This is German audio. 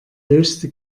höchste